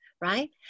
right